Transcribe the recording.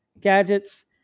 gadgets